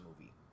movie